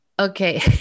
Okay